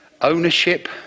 ownership